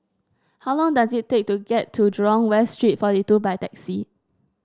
how long does it take to get to Jurong West Street forty two by taxi